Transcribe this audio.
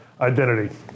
identity